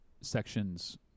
sections